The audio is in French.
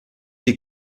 des